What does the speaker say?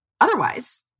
Otherwise